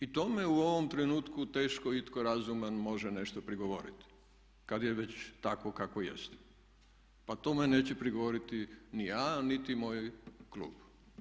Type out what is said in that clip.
I tome u ovom trenutku teško itko razuman može nešto prigovoriti kad je već tako kako jeste, pa tome neću prigovoriti ni ja, niti moj klub.